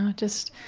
just,